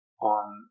on